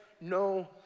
no